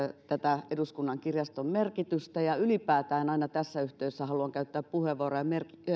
eduskunnan kirjaston merkitystä ja ylipäätään aina tässä yhteydessä haluan käyttää puheenvuoron ja